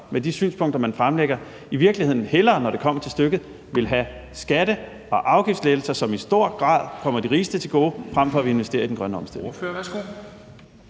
med de synspunkter, man fremlægger, i virkeligheden hellere, når det kommer til stykket, vil have skatte- og afgiftslettelser, som i stor grad kommer de rigeste til gode, frem for at vi investerer i den grønne omstilling.